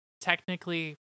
technically